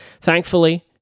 Thankfully